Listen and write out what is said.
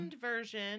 version